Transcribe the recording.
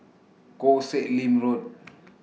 Koh Sek Lim Road